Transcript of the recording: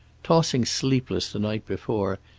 tossing sleepless the night before,